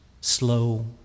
slow